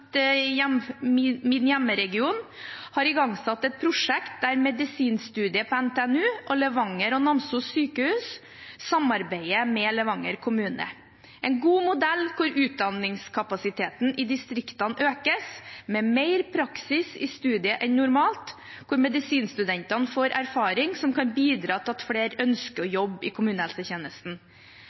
kommune i min hjemregion har igangsatt et prosjekt der medisinstudiet på NTNU og Levanger og Namsos sykehus samarbeider med Levanger kommune – en god modell der utdanningskapasiteten i distriktene økes, med mer praksis i studiet enn normalt, der medisinstudentene får erfaring som kan bidra til at flere ønsker å jobbe i